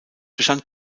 bestand